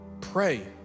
Pray